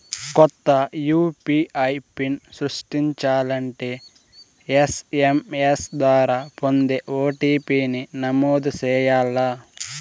కొత్త UPI PIN సృష్టించాలంటే SMS ద్వారా పొందే ఓ.టి.పి.ని నమోదు చేయాల్ల